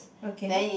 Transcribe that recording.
okay